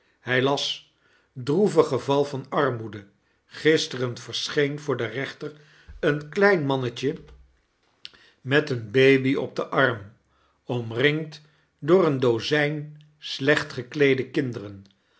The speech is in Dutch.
hij las droevig geval van armoede gisteren verscheen voor den rechter een klein mannetje met een baby op den arm omringd door een dozijn slecht gekleede kinderen